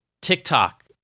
tiktok